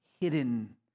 hidden